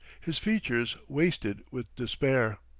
his features wasted with despair.